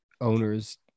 owners